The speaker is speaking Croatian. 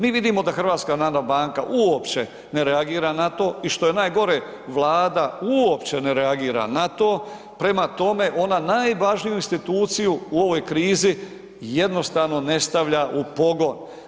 Mi vidimo da HNB uopće ne reagira na to i što je najgore, Vlada uopće ne reagira na to, prema tome, ona najvažniju instituciju u ovoj krizi jednostavno ne stavlja u pogon.